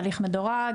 תהליך מדורג,